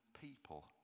people